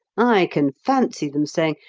i can fancy them saying,